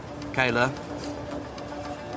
Kayla